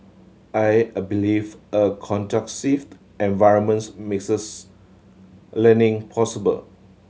I a believe a conducive environments makes learning possible